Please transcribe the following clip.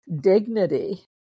dignity